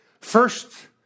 First